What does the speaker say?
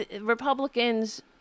Republicans